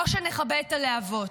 או שנכבה את הלהבות?